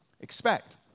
expect